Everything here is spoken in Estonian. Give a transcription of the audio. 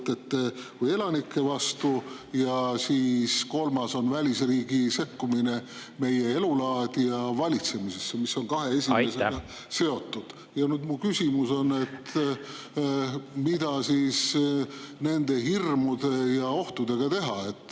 ning ka elanike vastu ja siis kolmas on välisriigi sekkumine meie elulaadi ja valitsemisse, mis on kahe esimesega seotud. Ja nüüd mu küsimus on, et mida siis nende hirmude ja ohtudega teha. Te